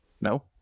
No